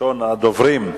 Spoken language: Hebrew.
ראשון הדוברים,